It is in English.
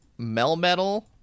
Melmetal